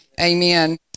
Amen